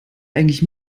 eigentlich